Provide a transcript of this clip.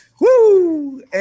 Woo